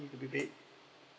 need to be paid